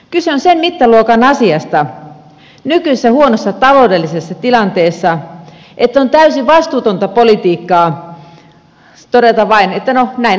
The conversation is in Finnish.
kyse on sen mittaluokan asiasta nykyisessä huonossa taloudellisessa tilanteessa että on täysin vastuutonta politiikkaa todeta vain että no näin on käynyt